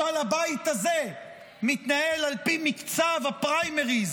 משל הבית הזה מתנהל על פי מקצב הפריימריז